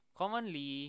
commonly